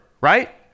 right